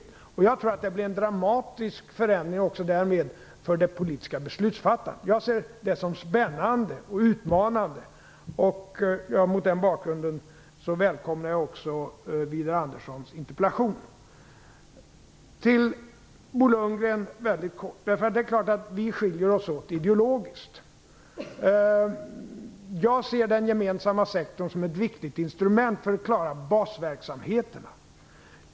Jag tror att det därmed också blir en dramatisk förändring för det politiska beslutsfattandet. Jag ser detta som spännande och utmanande. Mot den bakgrunden välkomnar jag också Widar Anderssons interpellation. Till Bo Lundgren mycket kort: Det är klart att vi skiljer oss åt ideologiskt. Jag ser den gemensamma sektorn som ett viktigt instrument för att klara basverksamheterna.